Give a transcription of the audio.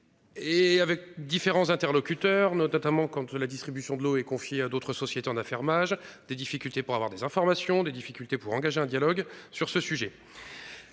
Et avec différents interlocuteurs notamment quand la distribution de l'eau et confiée à d'autres sociétés en affermage des difficultés pour avoir des informations, des difficultés pour engager un dialogue sur ce sujet.